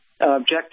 object